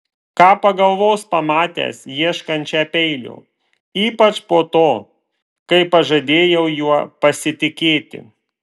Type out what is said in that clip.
ką pagalvos pamatęs ieškančią peilio ypač po to kai pažadėjau juo pasitikėti